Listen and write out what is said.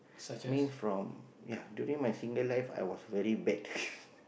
mean from ya during my single life I was very bad